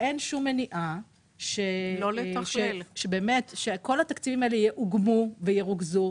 ואין שום מניעה שכל התקציבים האלה יאוגמו וירוכזו.